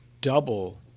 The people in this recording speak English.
double